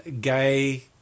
gay